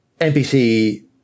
NPC